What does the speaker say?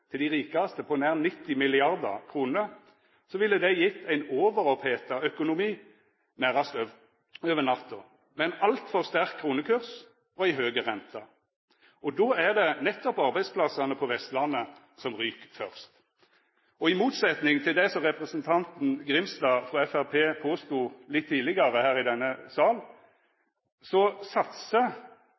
til dei rikaste på nær 90 mrd. kr, ville gjeve ein overoppheta økonomi nærast over natta, med ein altfor sterk kronekurs og høg rente. Og då er det nettopp arbeidsplassane på Vestlandet som ryk først. I motsetning til det som representanten Grimstad frå Framstegspartiet påstod litt tidlegare i denne